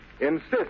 insist